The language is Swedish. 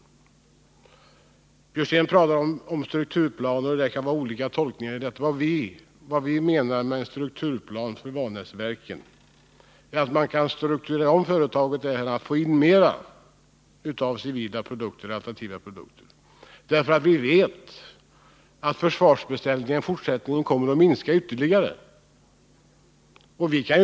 16 april 1980 Karl Björzén talade om strukturplaner och om att det kan finnas olika tolkningar. Vad vi menar med en strukturplan för Vanäsverken är att man kan strukturera om företaget och därmed få in mera av alternativa civila produkter. Vi vet ju att försvarsbeställningarna i fortsättningen kommer att minska ytterligare i omfattning.